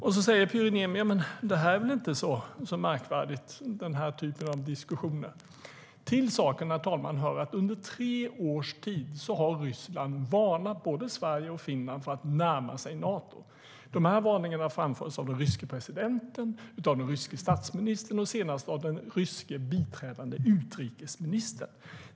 Pyry Niemi säger: Det är väl inte så märkvärdigt med den här typen av diskussioner. Till saken, herr talman, hör att under tre års tid har Ryssland varnat både Sverige och Finland för att närma sig Nato. De här varningarna har framförts av den ryske presidenten, av den ryske statsministern och senast av den ryske biträdande utrikesministern.